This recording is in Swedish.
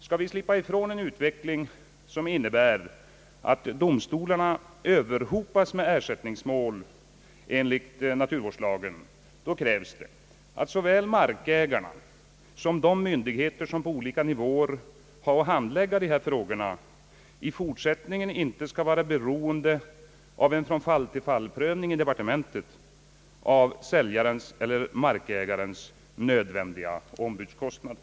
Skall vi slippa ifrån en utveckling, som innebär att domstolarna överhopas av ersättningsmål enligt naturvårdslagen, krävs det att såväl markägarna som de myndigheter på olika nivåer som har att handlägga dessa frågor i fortsättningen inte skall vara beroende av en från-fall-tillfall-prövning i departementet av säljarens eller markägarens nödvändiga ombudskostnader.